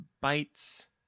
bites